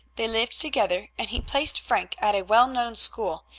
they lived together, and he placed frank at a well-known school,